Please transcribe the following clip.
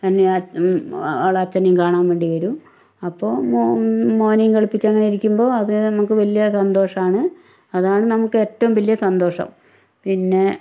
എന്നെയും ഓളെ അച്ഛനേയും കാണാൻ വേണ്ടി വരും അപ്പൊൾ മോനേയും കളിപ്പിച്ച് അങ്ങനെ ഇരിക്കുമ്പോൾ നമുക്ക് വലിയ സന്തോഷാണ് അതാണ് നമുക്ക് ഏറ്റവും വല്യ സന്തോഷം പിന്നെ